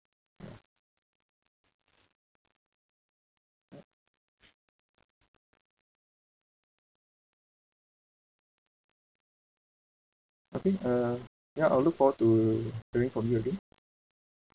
ya ya I think uh ya I will look forward to hearing from you again